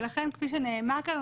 ולכן כפי שנאמר כאן,